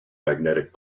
magnetic